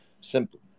simply